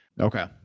Okay